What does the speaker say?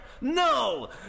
no